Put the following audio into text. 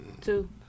Two